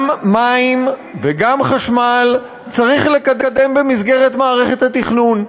גם מים וגם חשמל צריך לקדם במסגרת מערכת התכנון,